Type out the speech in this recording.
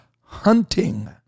hunting